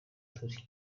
turi